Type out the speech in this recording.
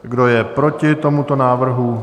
Kdo je proti tomuto návrhu?